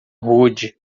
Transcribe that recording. rude